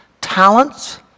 talents